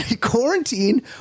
Quarantine